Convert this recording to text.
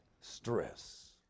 stress